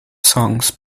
songs